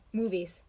movies